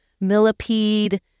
millipede